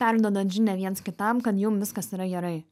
perduodat žinią viens kitam kad jum viskas yra gerai